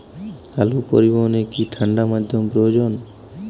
আলু পরিবহনে কি ঠাণ্ডা মাধ্যম প্রয়োজন?